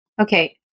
Okay